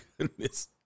goodness